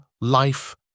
life